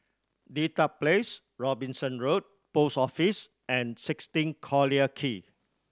Dedap Place Robinson Road Post Office and sixteen Collyer Quay